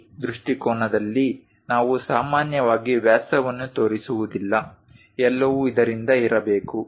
ಈ ದೃಷ್ಟಿಕೋನದಲ್ಲಿ ನಾವು ಸಾಮಾನ್ಯವಾಗಿ ವ್ಯಾಸವನ್ನು ತೋರಿಸುವುದಿಲ್ಲ ಎಲ್ಲವೂ ಇದರಿಂದ ಇರಬೇಕು